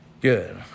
Good